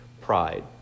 pride